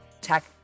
Tech